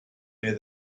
near